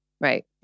Right